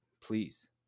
please